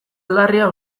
aldarria